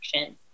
action